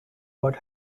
what